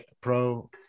pro